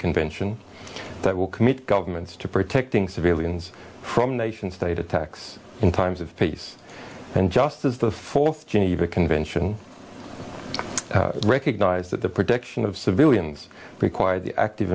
convention that will commit governments to protecting civilians from nation state attacks in times of peace and just as the fourth geneva convention recognized that the protection of civilians required the active